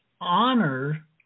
honor